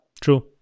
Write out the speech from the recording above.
True